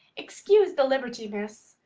excuse the liberty, miss,